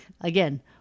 again